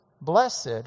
Blessed